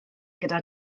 gyda